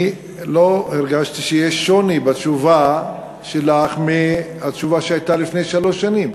אני לא הרגשתי שיש בתשובה שלך שוני לעומת התשובה שהייתה לפני שלוש שנים.